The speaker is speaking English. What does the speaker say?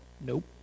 Nope